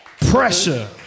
Pressure